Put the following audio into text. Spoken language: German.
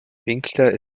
winkler